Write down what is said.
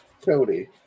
Cody